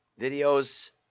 videos